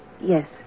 Yes